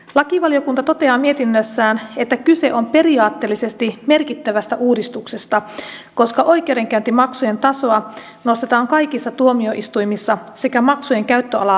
lakivaliokunta toteaa mietinnössään että kyse on periaatteellisesti merkittävästä uudistuksesta koska oikeudenkäyntimaksujen tasoa nostetaan kaikissa tuomioistuimissa sekä maksujen käyttöalaa laajennetaan